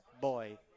Boy